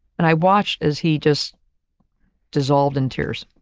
and i watched as he just dissolved in tears.